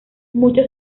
muchos